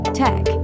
tech